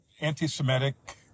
anti-Semitic